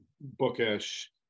bookish